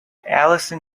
alison